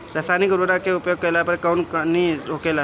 रसायनिक उर्वरक के उपयोग कइला पर कउन हानि होखेला?